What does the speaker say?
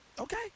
Okay